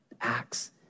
acts